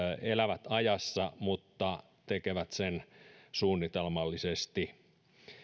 elää ajassa mutta tekee sen suunnitelmallisesti